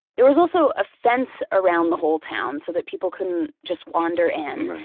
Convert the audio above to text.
there was also a fence around the whole town so that people couldn't just wander in.